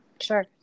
Sure